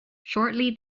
shortly